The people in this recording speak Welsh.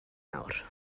nawr